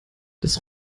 das